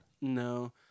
No